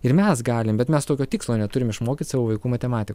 ir mes galim bet mes tokio tikslo neturim išmokyt savo vaikų matematika